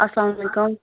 السلام علیکُم